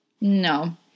no